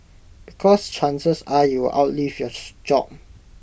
because chances are you outlive your job